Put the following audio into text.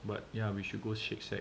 but yeah we should go Shake Shack